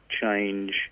change